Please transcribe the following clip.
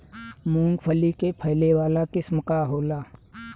मूँगफली के फैले वाला किस्म का होला?